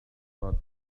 not